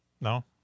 No